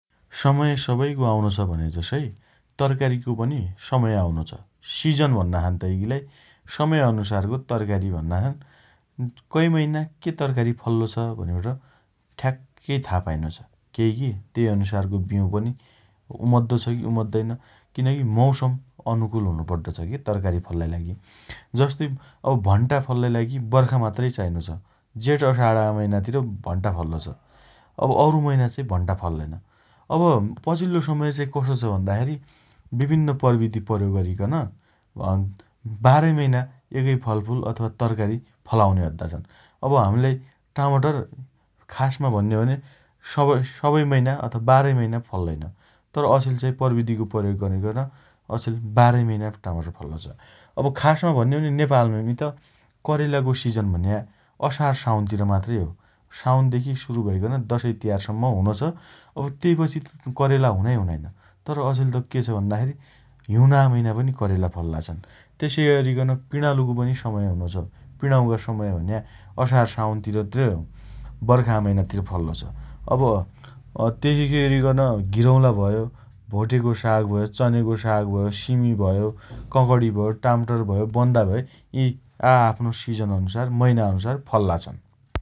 समय सबैको आउनो छ भने जसै तरकारीको पनि समय आउनो छ । सिजन भन्ना छन् तइकीलाई । समय अनुसारको तरकारी भन्ना छन् । अँ कइ मैना के तरकारी फल्लो छ भनिबट ठ्याक्कै था पाइनो छ । केइकी तेइ अनुसारको बिउँ पनि उमद्दो छ की उमद्दैन । किनकी मौसम अनुकुल हुनुपड्डो छ तरकारी फल्लाइ लागि । जस्तै अब भण्टा फल्लाइ लागि बर्खा मात्रै चाइनो छ । जेठ असाणा मैना तिर भण्टा फल्लो छ । अब अरु मैना चाइ भण्टा फल्लैन । अब पछिल्लो समय चाइ कसो छ भन्दाखेरी विभिन्न प्रविधि प्रयोग अरिकन अँ बाह्रै मैना एकै फलफूल अथवजा तरकारी फलाउने अद्दा छन् । अब हमीलाई टमाटर खासमा भन्ने हो भने सब सबै मैना अथवा बाह्रै मैना फल्लैन । तर, अछेल चाई प्रविधिको प्रयोग गरीकन अछेल बाह्रै मैना टमाटर फल्लो छ । अब खासमा भन्ने हो भने नेपालमी त करेलाको सिजन भन्या असार साउनतिर मात्रै हो । साउनदेखि सुरु भइकन दशैँतिहारसम्म हुनो छ । अब तेइपछि त करेला हुनाइ हुनाइन । तर, अछेल त के छ भन्दाखेरी हिउना मैना पनि करेला फल्ला छन् । तेसइ अरिकन पिणालुको पनि समय हुनो छ । पिणाउँका समय भन्या असार साउन तिर हो । बर्खा मैना फल्लो छ । अब अँ तेसइअरिकन घिरौँला भयो भोटेको साग भयो । चनेको साग भयो । सीमि भयो ककणी भयो, टमाटर भयो । बन्दा भयो यी आआफ्नो सिजन अनुसार मैना अनुसार फल्ला छन् ।